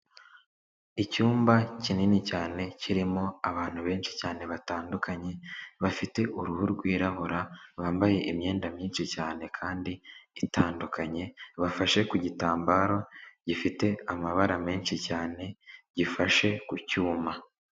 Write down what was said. Icyumba kinini cyane kirimo abantu benshi cyane batandukanye bafite uruhu rw'irabura bambaye imyenda myinshi cyane kandi itandukanye bafashe ku gitambaro gifite amabara menshi cyane gifashe ku cyuma.